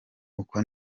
uko